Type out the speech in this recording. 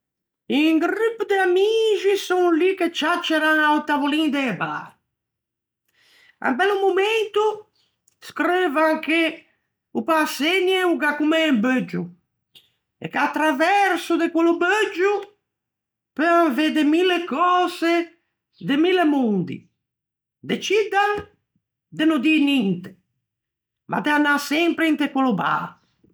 Un gruppo de amixi son lì che ciacceran a-o tavolin de un bar. À un bello momento screuvan che o päçenie o gh'à comme un beuggio, e che à traverso de quello beuggio peuan vedde mille cöse de mille mondi. Deciddan de no dî ninte, ma de anâ sempre inte quello bar.